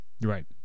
right